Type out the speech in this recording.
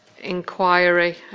inquiry